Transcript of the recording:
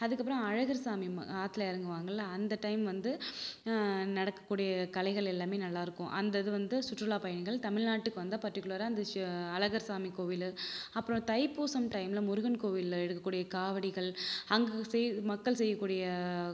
அதுக்கப்புறம் அழகர்சாமி ஆத்தில் இறங்குவாங்கல்ல அந்த டைம் வந்து நடக்கக்கூடிய கலைகள் எல்லாமே நல்லாயிருக்கும் அந்த இது வந்து சுற்றுலா பயணிகள் தமிழ்நாட்டுக்கு வந்தால் பர்ட்டிகுலராக அந்த சு அழகர்சாமி கோவில் அப்புறம் தைப்பூசம் டைமில் முருகன் கோவிலில் எடுக்கக்கூடிய காவடிகள் அங்கு செய் மக்கள் செய்யக்கூடிய